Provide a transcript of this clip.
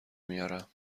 میارم